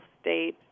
state